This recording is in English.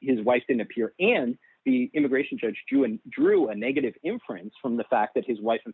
his wife didn't appear in the immigration judge to and drew a negative inference from the fact that his wife in